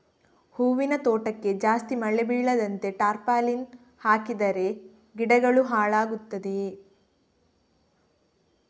ಹೂವಿನ ತೋಟಕ್ಕೆ ಜಾಸ್ತಿ ಮಳೆ ಬೀಳದಂತೆ ಟಾರ್ಪಾಲಿನ್ ಹಾಕಿದರೆ ಗಿಡಗಳು ಹಾಳಾಗುತ್ತದೆಯಾ?